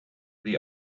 the